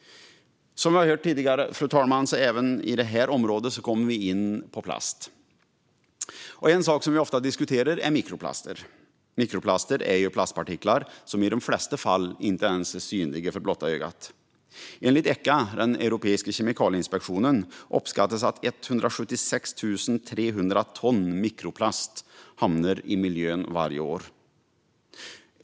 Som vi har hört, fru talman, kommer vi även på detta område in på plast, och en sak som vi ofta diskuterar är mikroplaster. Mikroplaster är plastpartiklar som i de flesta fall inte är synliga för blotta ögat. Enligt ECHA, den europeiska kemikalieinspektionen, uppskattas 176 300 ton mikroplast hamna i miljön varje år.